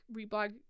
reblog